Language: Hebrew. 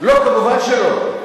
לא, מובן שלא.